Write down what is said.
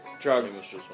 drugs